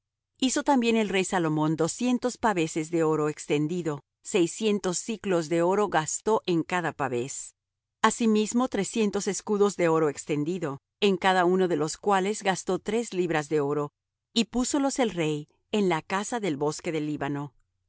hizo también el rey salomón doscientos paveses de oro extendido seiscientos siclos de oro gastó en cada pavés asimismo trescientos escudos de oro extendido en cada uno de los cuales gastó tres libras de oro y púsolos el rey en la casa del bosque del líbano